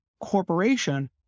corporation